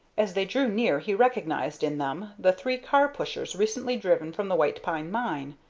as they drew near he recognized in them the three car-pushers recently driven from the white pine mine.